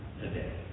today